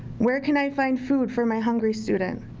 where can i find food for my hungry student,